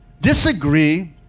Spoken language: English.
disagree